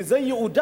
כי זה ייעודם,